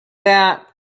that